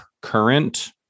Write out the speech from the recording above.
current